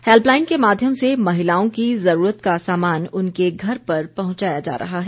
helpline के माध्यम से महिलाओं की जरूरत का सामान उनके घर पर पहुंचाया जा रहा है